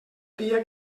dia